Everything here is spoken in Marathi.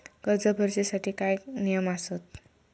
कर्ज भरूच्या साठी काय नियम आसत?